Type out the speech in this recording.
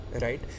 right